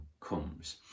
comes